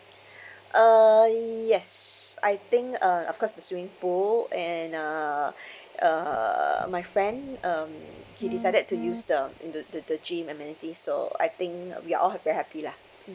uh yes I think uh of course the swimming pool and uh uh my friend um he decided to use the um the the the gym amenities so I think ah we are all hap~ very happy lah mm